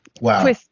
Wow